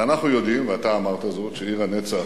ואנחנו יודעים, ואתה אמרת זאת, שעיר הנצח